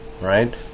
right